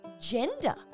gender